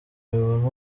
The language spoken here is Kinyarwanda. abibona